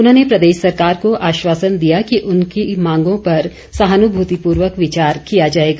उन्होंने प्रदेश सरकार को आश्वासन दिया कि उसकी मांगों पर सहानुभूतिपूर्वक विचार किया जाएगा